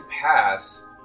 pass